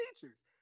teachers